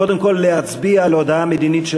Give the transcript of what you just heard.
קודם כול להצביע על ההודעה המדינית של